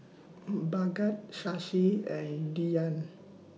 Bhagat Shashi and Dhyan